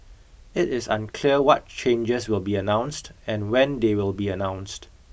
it is unclear what changes will be announced and when they will be announced